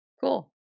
cool